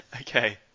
okay